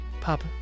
Papa